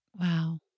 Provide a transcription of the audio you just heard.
Wow